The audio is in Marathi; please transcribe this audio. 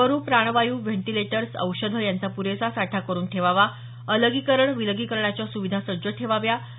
द्रवरुप प्राणवायू व्हेंटिलेटर्स औषधं यांचा पुरेसा साठा करून ठेवावा अलगीकरण विलगीकरणाच्या सुविधा सज्ज ठेवाव्यात